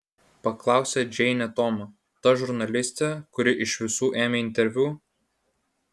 paklausė džeinė tomo ta žurnalistė kuri iš visų ėmė interviu